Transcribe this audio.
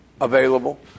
available